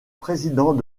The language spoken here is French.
président